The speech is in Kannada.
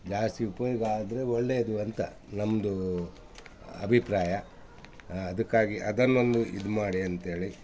ಜಾಸ್ತಿ ಉಪಯೋಗ ಆದರೆ ಒಳ್ಳೆಯದು ಅಂತ ನಮ್ಮದು ಅಭಿಪ್ರಾಯ ಅದಕ್ಕಾಗಿ ಅದನ್ನೊಂದು ಇದು ಮಾಡಿ ಅಂತೇಳಿ